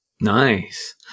nice